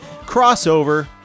Crossover